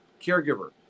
caregiver